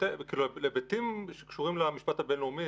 היבטים שקשורים למשפט הבין-לאומי,